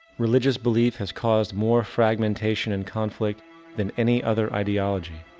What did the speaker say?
religious belief has caused more fragmentation and conflict than any other ideology.